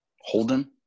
Holden